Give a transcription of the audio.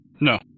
No